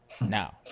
Now